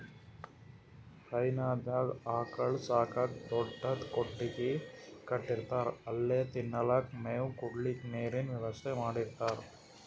ಹೈನಾದಾಗ್ ಆಕಳ್ ಸಾಕಕ್ಕ್ ದೊಡ್ಡದ್ ಕೊಟ್ಟಗಿ ಕಟ್ಟಿರ್ತಾರ್ ಅಲ್ಲೆ ತಿನಲಕ್ಕ್ ಮೇವ್, ಕುಡ್ಲಿಕ್ಕ್ ನೀರಿನ್ ವ್ಯವಸ್ಥಾ ಮಾಡಿರ್ತಾರ್